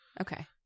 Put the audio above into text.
Okay